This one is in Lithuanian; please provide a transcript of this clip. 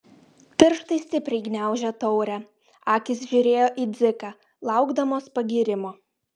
pirštai stipriai gniaužė taurę akys žiūrėjo į dziką laukdamos pagyrimo